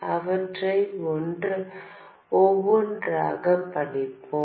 அவற்றை ஒவ்வொன்றாகப் படிப்போம்